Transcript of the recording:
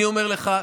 אני אומר לך,